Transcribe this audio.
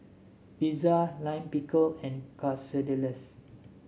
Pizza Lime Pickle and Quesadillas